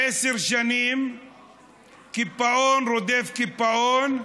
עשר שנים קיפאון רודף קיפאון,